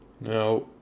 Now